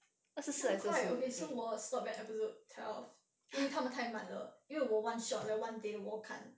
这样快 okay so 我 stop at episode twelve 因为他们太慢了因为我 one shot like one day 我看